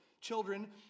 Children